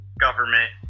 government